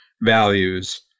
values